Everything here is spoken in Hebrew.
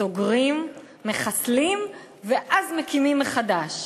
סוגרים, מחסלים, ואז מקימים מחדש.